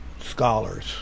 scholars